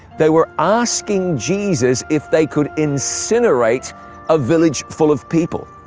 they were asking jesus if they could incinerate a village full of people.